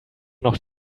noch